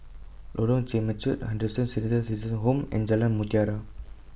Lorong Temechut Henderson Senior Citizens' Home and Jalan Mutiara